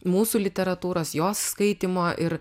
mūsų literatūros jos skaitymo ir